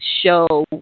show